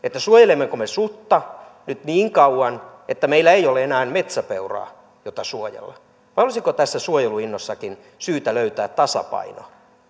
suojelemmeko me sutta nyt niin kauan että meillä ei ole enää metsäpeuraa jota suojella vai olisiko tässä suojeluinnossakin syytä löytää tasapainoa